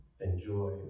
enjoy